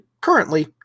currently